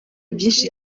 byinshi